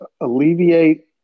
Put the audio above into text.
alleviate